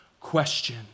question